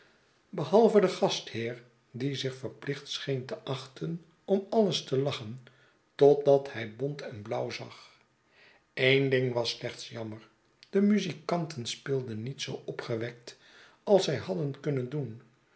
behalve de gastheer die zich verplicht scheen te achten om alles te lachen totdat hij bont en blauw zag een ding was slechts jammer de muzikanten speelden niet zoo opgewekt als zij hadden kunnen doen